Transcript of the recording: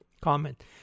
Comment